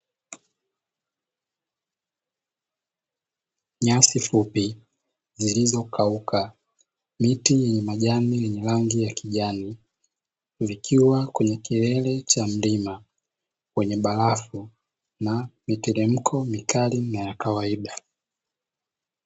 Nyasi fupi zilizo kauka, miti yenye majani yenye rangi ya kijani, vikiwa kwenye kilele cha mlima wenye barafu na mitelemko mikali na ya kawaida.